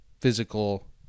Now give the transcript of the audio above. physical